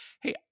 hey